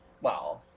wow